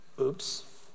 Oops